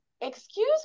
excuse